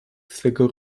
swego